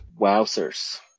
Wowzers